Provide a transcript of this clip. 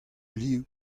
liv